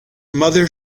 mother